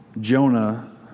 Jonah